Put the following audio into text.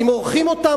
כי מורחים אותם.